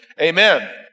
amen